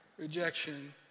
rejection